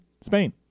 spain